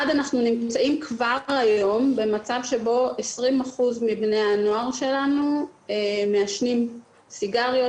1. אנחנו נמצאים כבר היום במצב שבו 20% מבני הנוער שלנו מעשנים סיגריות,